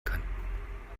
kann